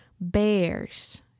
bears